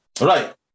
Right